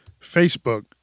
Facebook